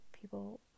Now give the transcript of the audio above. people